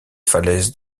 falaises